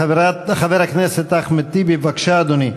חבר הכנסת אחמד טיבי, בבקשה, אדוני.